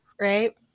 right